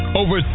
over